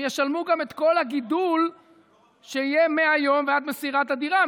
הם ישלמו גם את כל הגידול שיהיה מהיום ועד מסירת הדירה.